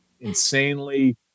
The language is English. insanely